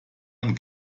und